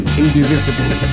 indivisible